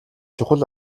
чухал